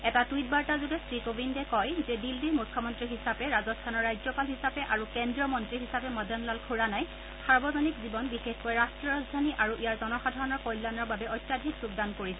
এটা টুইট বাৰ্তাযোগে শ্ৰী কোবিন্দে কয় যে দিল্লীৰ মুখ্যমন্ত্ৰী হিচাপে ৰাজস্থানৰ ৰাজ্যপাল হিচাপে আৰু কেন্দ্ৰীয় মন্ত্ৰী হিচাপে মদন লাল খুৰানাই সাৰ্বজনিক জীৱন বিশেষকৈ ৰাট্টীয় ৰাজধানী আৰু ইয়াৰ জনসাধাৰণৰ কল্যানৰ বাবে অত্যাধিক যোগদান কৰিছিল